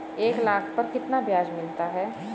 एक लाख पर कितना ब्याज मिलता है?